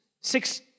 six